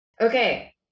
Okay